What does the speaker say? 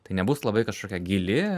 tai nebus labai kažkokia gili